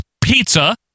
pizza